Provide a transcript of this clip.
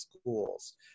schools